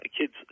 Kids